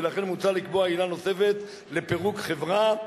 ולכן מוצע לקבוע עילה נוספת לפירוק חברה,